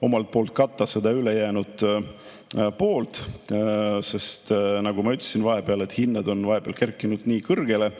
omalt poolt katta seda ülejäänud osa, sest nagu ma ütlesin, hinnad on vahepeal kerkinud nii kõrgele,